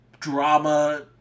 drama